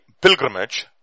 pilgrimage